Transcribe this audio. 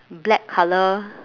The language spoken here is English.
black colour